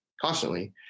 constantly